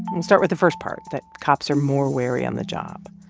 we'll start with the first part, that cops are more wary on the job.